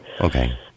Okay